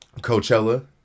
Coachella